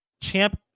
champ